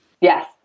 Yes